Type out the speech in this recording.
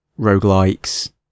Roguelikes